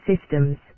systems